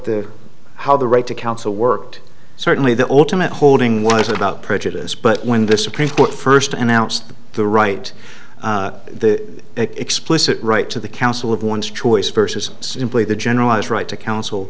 the how the right to counsel worked certainly the ultimate holding was about prejudice but when the supreme court first announced the right the explicit right to the counsel of one's choice versus simply the generalized right to counsel